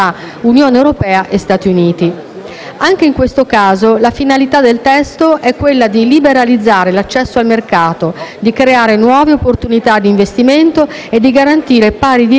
Anche in questo caso la finalità del testo è quella di liberalizzare l'accesso al mercato, di creare nuove opportunità di investimento e di garantire pari diritti e opportunità ai vettori aerei.